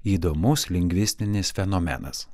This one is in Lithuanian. įdomus lingvistinis fenomenas